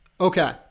Okay